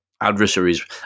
adversaries